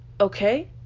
okay